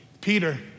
Peter